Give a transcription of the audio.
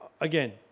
Again